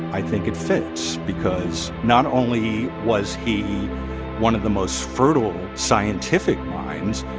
i think it fits because not only was he one of the most fertile scientific minds,